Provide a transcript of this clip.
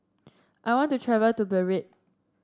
I want to travel to Beirut